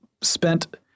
spent